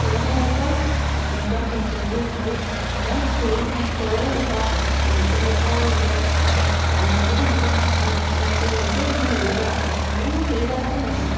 তেনেকুৱা টাইপৰ নৃত্য়ৰ ক্ষেত্ৰটো মোৰ মই সেই টাইপৰে বা তেনেকুৱাই যে ক'ৰবাত গান বাজিলে মোৰ একদম নাচো নাচো হৈ গ'ল মই নিজকে ৰখাব নোৱাৰিম মই সেই জেগাতে নাচিম